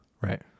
Right